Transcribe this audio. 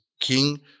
king